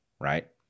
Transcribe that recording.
right